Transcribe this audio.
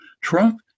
Trump